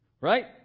right